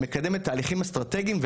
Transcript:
שמקדמת תהליכים אסטרטגיים.